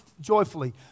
joyfully